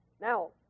Now